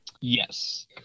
Yes